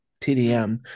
TDM